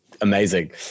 amazing